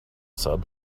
said